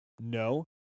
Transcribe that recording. No